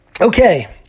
Okay